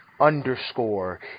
underscore